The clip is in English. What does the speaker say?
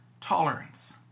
tolerance